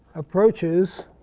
approaches,